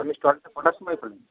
আপনি স্টলটা কটার সময় খোলেন